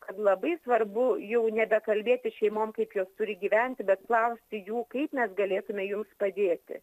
kad labai svarbu jau nebekalbėti šeimom kaip jos turi gyventi bet klausti jų kaip mes galėtume jums padėti